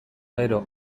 gero